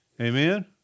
Amen